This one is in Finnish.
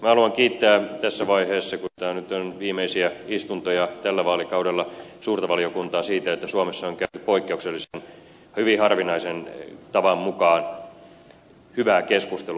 haluan kiittää tässä vaiheessa kun tämä nyt on viimeisiä istuntoja tällä vaalikaudella suurta valiokuntaa siitä että suomessa on käyty poikkeuksellisen hyvin harvinaisen tavan mukaan hyvää keskustelua